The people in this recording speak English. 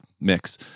mix